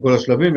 בכל השלבים.